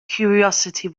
curiosity